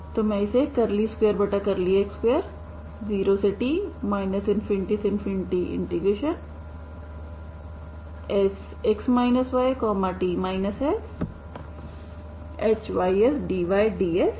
तो मैं इसे 2x20t ∞Sx yt shysdyds लिख सकती हूं